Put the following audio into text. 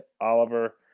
Oliver